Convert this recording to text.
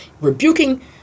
rebuking